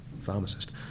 pharmacist